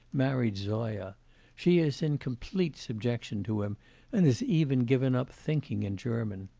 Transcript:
married zoya she is in complete subjection to him and has even given up thinking in german.